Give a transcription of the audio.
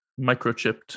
Microchipped